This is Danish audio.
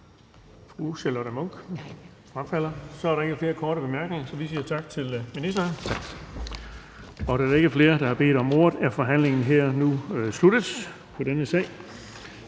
Så er der ikke flere korte bemærkninger, og vi siger tak til ministeren. Da der ikke er flere, der har bedt om ordet, er forhandlingen af denne sag